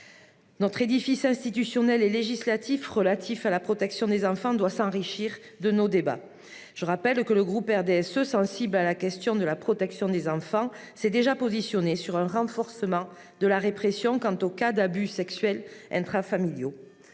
Notre édifice institutionnel et législatif relatif à la protection des enfants doit s'enrichir de nos débats. Je rappelle que le groupe RDSE, sensible à la question de la protection des enfants, s'est déjà positionné sur un renforcement de la répression des abus sexuels intrafamiliaux.